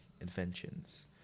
inventions